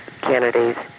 candidates